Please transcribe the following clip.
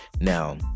now